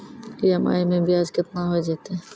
EMI मैं ब्याज केतना हो जयतै?